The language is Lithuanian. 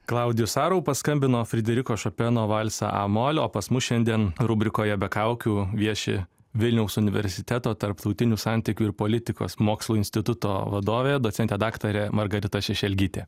klaudijus aru paskambino frideriko šopeno valsą a moll o pas mus šiandien rubrikoje be kaukių vieši vilniaus universiteto tarptautinių santykių ir politikos mokslų instituto vadovė docentė daktarė margarita šešelgytė